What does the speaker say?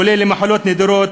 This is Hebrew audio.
כולל למחלות נדירות,